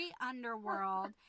underworld